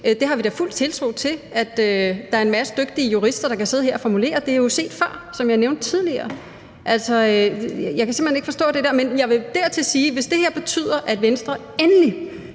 har vi da fuld tiltro til at der er en masse dygtige jurister der kan gøre. Det er jo, som jeg nævnte tidligere, set før. Jeg kan simpelt hen ikke forstå det. Men jeg vil dertil sige, at hvis det her betyder, at Venstre endelig